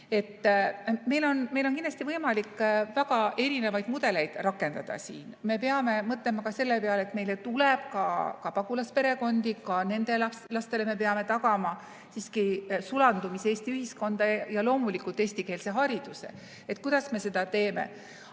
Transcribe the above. Meil on kindlasti võimalik siin rakendada väga erinevaid mudeleid. Me peame mõtlema ka selle peale, et meile tuleb ka pagulasperekondi, ka nendele lastele me peame tagama siiski sulandumise Eesti ühiskonda ja loomulikult eestikeelse hariduse –kuidas me seda teeme.